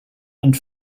and